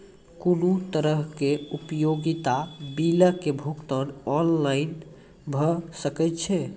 कुनू तरहक उपयोगिता बिलक भुगतान ऑनलाइन भऽ सकैत छै?